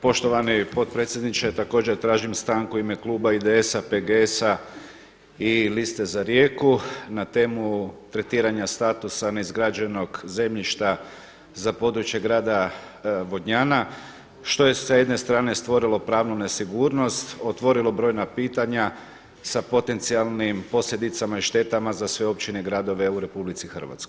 Poštovani potpredsjedniče, također tražim stanku u ime kluba IDS, PGS-a i Liste za Rijeku na temu tretiranja statusa neizgrađenog zemljišta za područje grada Vodnjanja, što je sa jedne strane stvorilo pravnu nesigurnost, otvorilo brojna pitanja sa potencijalnim posljedicama i štetama za sve općine i gradove u RH.